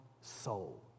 soul